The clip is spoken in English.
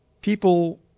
people